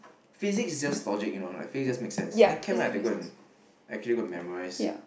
physics is just logic you know like physics just make sense then chem I have to go and actually go and memorize